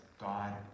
God